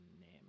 name